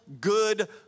good